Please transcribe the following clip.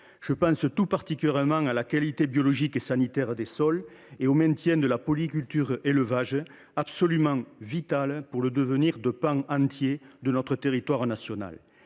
Je pense tout particulièrement à la qualité biologique et sanitaire des sols et au maintien de la polyculture élevage, absolument vitale pour le devenir de pans entiers de notre territoire national.